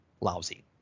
lousy